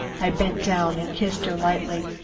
i bent down and kissed her lightly.